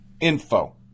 info